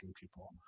people